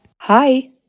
hi